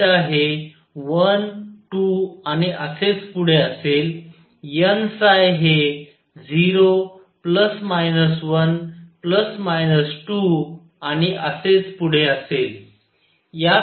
n हे 1 2 आणि असेच पुढे असेल nहे 0 प्लस मायनस 1 प्लस मायनस 2 आणि असेच पुढे असेल